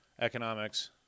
Economics